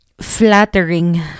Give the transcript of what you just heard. flattering